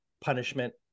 punishment